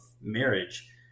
marriage